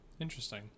Interesting